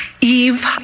Eve